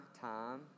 time